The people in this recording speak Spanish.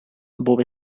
bob